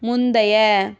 முந்தைய